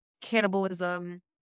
cannibalism